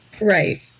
Right